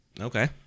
Okay